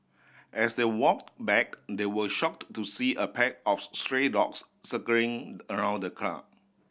as they walked back they were shocked to see a pack of stray dogs circling around the car